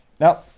Now